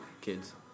kids